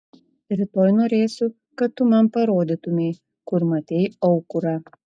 rytoj norėsiu kad tu man parodytumei kur matei aukurą